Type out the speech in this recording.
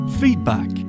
feedback